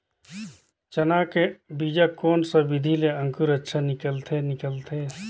चाना के बीजा कोन सा विधि ले अंकुर अच्छा निकलथे निकलथे